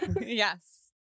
yes